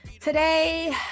today